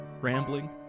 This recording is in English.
rambling